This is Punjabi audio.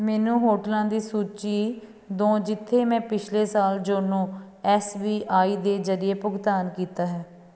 ਮੈਨੂੰ ਹੋਟਲਾਂ ਦੀ ਸੂਚੀ ਦਿਓ ਜਿੱਥੇ ਮੈਂ ਪਿਛਲੇ ਸਾਲ ਜੋਨੋ ਐੱਸ ਬੀ ਆਈ ਦੇ ਜ਼ਰੀਏ ਭੁਗਤਾਨ ਕੀਤਾ ਹੈ